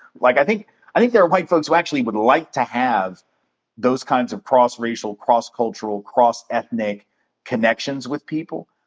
like, i think i think there are white folks who actually would like to have those kinds of cross-racial, cross-cultural, cross-ethnic connections with people,